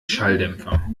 schalldämpfer